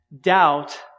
Doubt